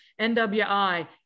NWI